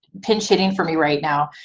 pinch-hitting for me right now.